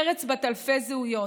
ארץ בת אלפי זהויות,